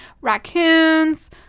Raccoons